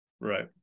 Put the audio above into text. Right